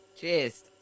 Cheers